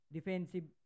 Defensive